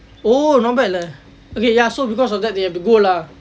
oh not bad leh okay so ya so because of that they have to go lah